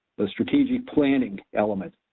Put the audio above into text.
the strategic planning element,